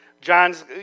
John's